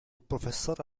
professore